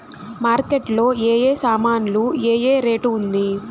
Market లో ఏ ఏ సామాన్లు ఏ ఏ రేటు ఉంది?